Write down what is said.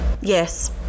yes